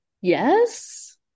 Yes